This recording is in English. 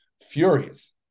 furious